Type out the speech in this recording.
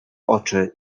oczy